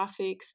graphics